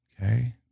Okay